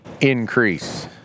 increase